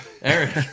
Eric